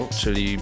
czyli